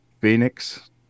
Phoenix